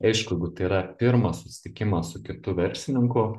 aišku jeigu tai yra pirmas susitikimas su kitu verslininku